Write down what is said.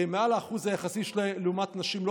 מעל האחוז היחסי שלהן לעומת נשים לא